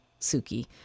Suki